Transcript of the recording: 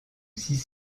six